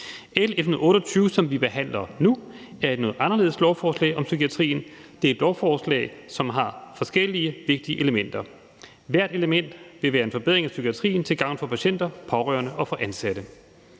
L 128, som vi behandler nu, er et noget anderledes lovforslag om psykiatrien. Det er et lovforslag, som har forskellige vigtige elementer. Hvert element vil være en forbedring af psykiatrien til gavn for patienter, pårørende og ansatte.